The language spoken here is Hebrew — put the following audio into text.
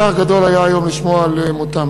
צער גדול היה לשמוע היום על מותם.